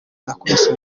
nakubise